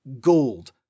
Gold